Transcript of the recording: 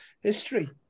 history